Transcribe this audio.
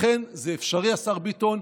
זה אפשרי, השר ביטון.